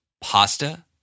pasta